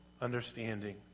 understanding